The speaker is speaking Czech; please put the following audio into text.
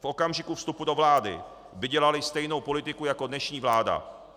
V okamžiku vstupu do vlády by dělaly stejnou politiku jako dnešní vláda.